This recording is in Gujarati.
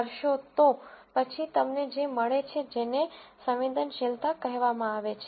કરો છો તો પછી તમને જે મળે છે જેને સંવેદનશીલતા કહેવામાં આવે છે